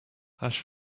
hash